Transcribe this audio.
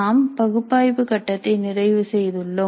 நாம் பகுப்பாய்வு கட்டத்தை நிறைவு செய்துள்ளோம்